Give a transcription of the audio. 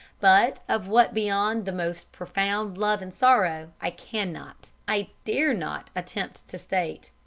but of what beyond the most profound love and sorrow i cannot, i dare not, attempt to state.